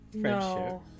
friendship